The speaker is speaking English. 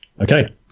Okay